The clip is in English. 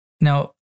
Now